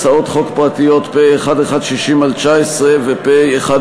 הצעות חוק פרטיות פ/1160/19 ו-פ/1402/19,